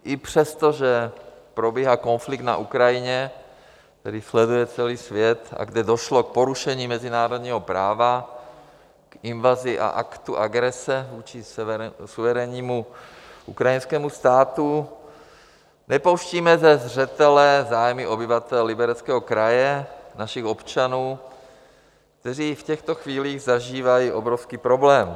I přesto, že probíhá konflikt na Ukrajině, který sleduje celý svět a kde došlo k porušení mezinárodního práva, k invazi a aktu agrese vůči suverénnímu ukrajinskému státu, nepouštíme ze zřetele zájmy obyvatel Libereckého kraje, našich občanů, kteří v těchto chvílích zažívají obrovský problém.